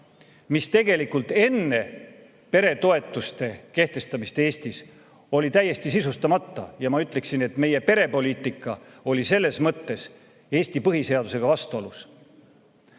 mis tegelikult enne peretoetuste kehtestamist Eestis oli täiesti sisustamata, ja ma ütleksin, et meie perepoliitika oli selles mõttes Eesti põhiseadusega vastuolus.